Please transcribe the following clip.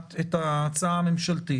שמפרט את ההקשרים בהם נדרש בידוד,